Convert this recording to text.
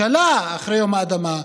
אחרי יום האדמה,